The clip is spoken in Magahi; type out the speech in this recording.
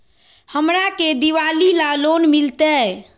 हमरा के दिवाली ला लोन मिलते?